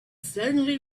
suddenly